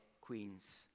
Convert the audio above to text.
queen's